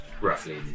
Roughly